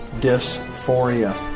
dysphoria